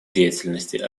деятельности